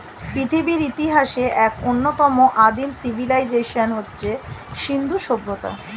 পৃথিবীর ইতিহাসের এক অন্যতম আদিম সিভিলাইজেশন হচ্ছে সিন্ধু সভ্যতা